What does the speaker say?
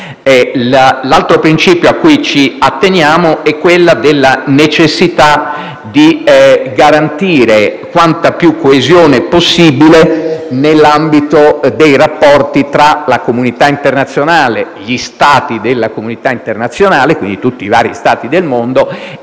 altro principio a cui ci atteniamo è quello della necessità di garantire quanta più coesione possibile nell'ambito dei rapporti tra la comunità internazionale, gli Stati della comunità internazionale (quindi tutti i vari Stati del mondo)